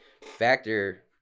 factor